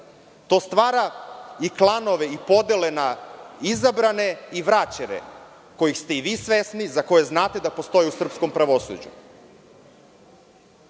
To stvara i klanove i podele na izabrane i vraćene kojih ste i vi svesni, za koje znate da postoje u srpskom pravosuđu,